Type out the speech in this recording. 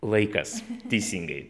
laikas teisingai